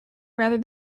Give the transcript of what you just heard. rather